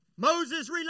Moses